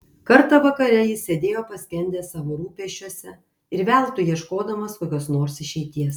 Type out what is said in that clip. kartą vakare jis sėdėjo paskendęs savo rūpesčiuose ir veltui ieškodamas kokios nors išeities